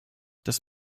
das